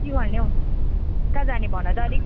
के गर्ने हो कहाँ जाने भन त अलिक